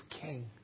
king